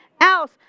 else